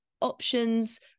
options